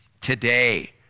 today